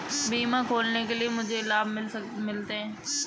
बीमा खोलने के लिए मुझे क्या लाभ मिलते हैं?